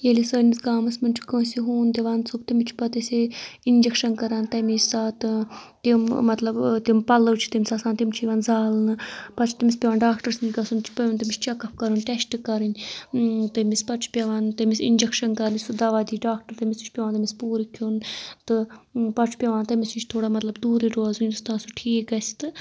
ییٚلہِ سٲنِس گامَس منٛز چھُ کٲنٛسہِ ہوٗن دِوان ژوٚپ تٔمِس چھِ پَتہٕ أسۍ ہے اِنجَکشَن کَران تمے ساتہٕ تِم مطلب تِم پَلَو چھِ تٔمِس آسان تِم چھِ یِوان زالنہٕ پَتہٕ چھِ تٔمِس پیٚوان ڈاکٹٕرَس نِش گژھُن چھُ پیٚوان تٔمِس چَک اَپ کَرُن ٹیسٹہٕ کَرٕنۍ تٔمِس پَتہٕ چھُ پیٚوان تٔمِس اِنجَکشَن کَرنہِ سُہ دَوَا دِی ڈاکٹر تٔمِس سُہ چھُ پیوان تٔمِس پوٗرٕ کھیوٚن تہٕ پَتہٕ چھُ پیٚوان تٔمِس نِش تھوڑا مطلب دوٗرےٕ روزُن یوٚتَس تانۍ سُہ ٹھیٖک گژھِ تہٕ